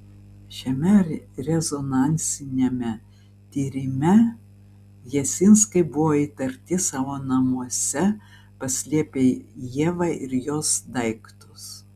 šiame rezonansiniame tyrime jasinskai buvo įtarti savo namuose paslėpę ievą ir jos daiktus